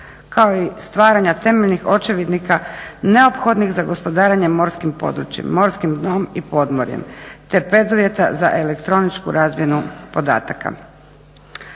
kao i stvaranja temeljnih očevidnika neophodnih za gospodarenje morskim područjima, dnom i podmorjem, te preduvjeta za elektroničku razmjenu podataka.